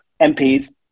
MPs